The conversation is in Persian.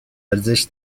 ارزش